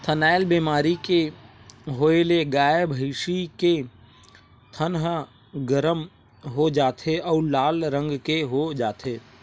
थनैल बेमारी के होए ले गाय, भइसी के थन ह गरम हो जाथे अउ लाल रंग के हो जाथे